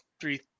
three